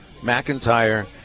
McIntyre